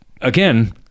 again